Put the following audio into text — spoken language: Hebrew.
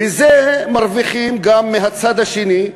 ומרוויחים גם מהצד השני,